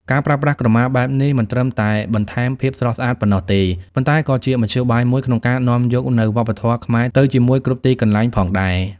ការប្រើប្រាស់ក្រមាបែបនេះ មិនត្រឹមតែបន្ថែមភាពស្រស់ស្អាតប៉ុណ្ណោះទេ ប៉ុន្តែក៏ជាមធ្យោបាយមួយក្នុងការនាំយកនូវវប្បធម៌ខ្មែរទៅជាមួយគ្រប់ទីកន្លែងផងដែរ។